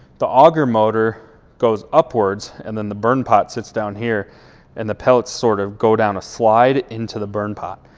the auger motor goes upwards and then the burn pot sits down here and the pellets sort of go down a slide into the burn pot.